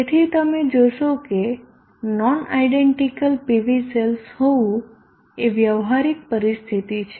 તેથી તમે જોશો કે નોન આયડેન્ટીકલ PV સેલ્સ હોવું એ વ્યવહારિક પરિસ્થિતિ છે